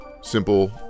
simple